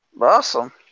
Awesome